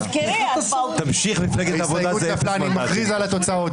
הצבעה מס'